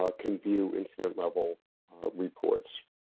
ah can view incident level reports.